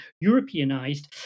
Europeanized